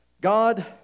God